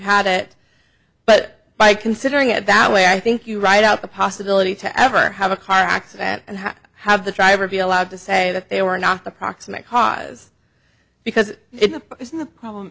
had it but by considering it that way i think you write out the possibility to ever have a car accident and have the driver be allowed to say that they were not the proximate cause because it isn't the problem